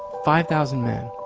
five thousand men,